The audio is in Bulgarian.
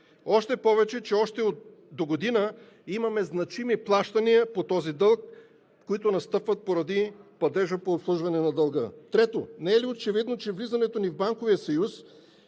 Още повече че още от догодина имаме значими плащания по този дълг, които настъпват поради падежа по обслужване на дълга. Трето, не е ли очевидно, че влизането ни в Банковия съюз